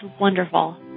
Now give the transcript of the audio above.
wonderful